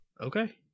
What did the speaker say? Okay